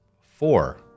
four